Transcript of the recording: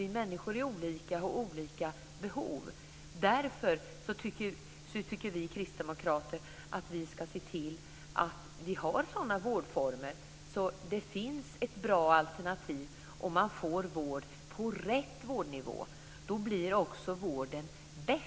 Vi människor är olika och har olika behov. Därför tycker vi kristdemokrater att det ska finnas bra alternativa vårdformer. Om man får vård på rätt vårdnivå blir också vården bäst.